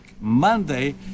Monday